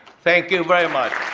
thank you very much.